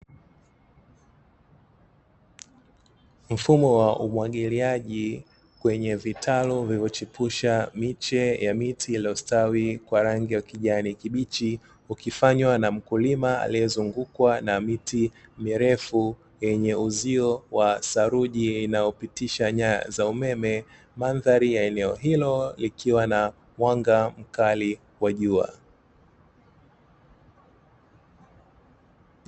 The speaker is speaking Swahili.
Mfumo wa umwagiliaji kwenye vitaru vilivyochipusha miche ya miti iliyostawi kwa rangi ya ukijani kibichi ukifanywa na mkulima aliyezungukwa na miti mirefu yenye uzio wa saruji inayopitisha nyanya za umeme ,mandhari ya eneo hilo likiwa na mwanga mkali wa jua.